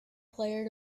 player